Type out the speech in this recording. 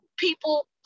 People